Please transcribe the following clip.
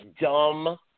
dumb